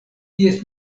ties